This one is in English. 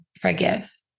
forgive